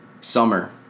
Summer